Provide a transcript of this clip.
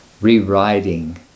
rewriting